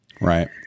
Right